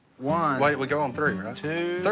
one wait. we go on three, right? two, three.